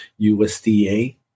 USDA